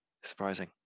surprising